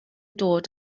dod